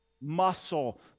muscle